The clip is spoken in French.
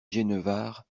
genevard